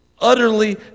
utterly